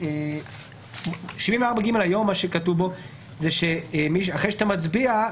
בסעיף 74(ג) כתוב היום שאחרי שאתה מצביע,